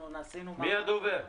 מי הדובר?